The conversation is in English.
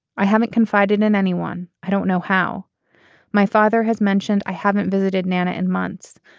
i haven't confided in anyone. i don't know how my father has mentioned. i haven't visited nana in months.